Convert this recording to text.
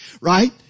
Right